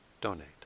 donate